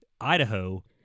Idaho